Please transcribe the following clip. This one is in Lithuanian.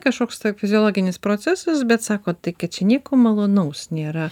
kažkoks tai fiziologinis procesas bet sako kad čia nieko malonaus nėra